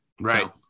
Right